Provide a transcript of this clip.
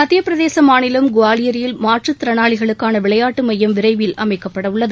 மத்தியப்பிரதேசம் மாநிலம் குவாலியரில் மாற்றுத் திறனாளிகளுக்கான விளையாட்டு மையம் விரைவில் அமைக்கப்பட உள்ளது